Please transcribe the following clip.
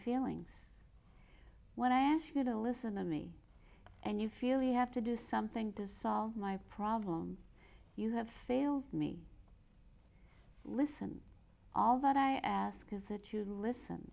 feelings when i ask you to listen to me and you feel you have to do something to solve my problem you have failed me listen all that i ask is that you listen